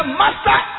master